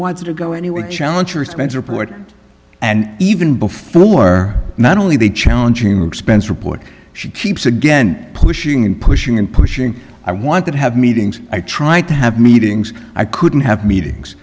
wanted to go anywhere challenge your expense report and even before not only the challenging expense report she keeps again pushing and pushing and pushing i want that have meetings i try to have meetings i couldn't have meetings